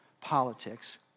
politics